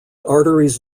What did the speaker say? arteries